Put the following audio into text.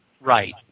Right